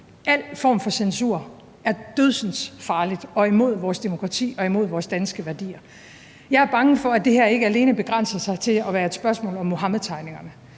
Al form for censur er dødsensfarlig og imod vores demokrati og imod vores danske værdier. Jeg er bange for, at det her ikke alene begrænser sig til at være et spørgsmål om Muhammedtegningerne,